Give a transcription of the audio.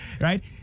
right